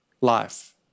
life